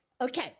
Okay